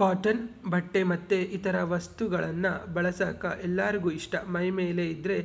cotton ಬಟ್ಟೆ ಮತ್ತೆ ಇತರ ವಸ್ತುಗಳನ್ನ ಬಳಸಕ ಎಲ್ಲರಿಗೆ ಇಷ್ಟ ಮೈಮೇಲೆ ಇದ್ದ್ರೆ